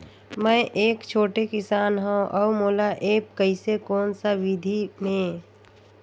मै एक छोटे किसान हव अउ मोला एप्प कइसे कोन सा विधी मे?